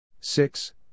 six